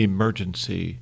Emergency